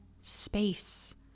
space